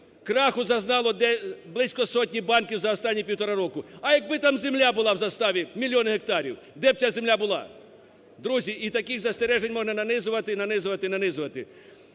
краху зазнало близько сотні банків за останні півтора року, а якби там земля була в заставі, мільйони гектарів, де б ця земля була? Друзі, і таких застережень можна нанизувати і нанизувати, і нанизувати.